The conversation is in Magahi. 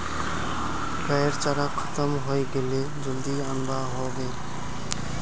गाइर चारा खत्म हइ गेले जल्दी अनवा ह बे